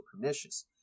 pernicious